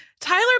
Tyler